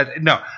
No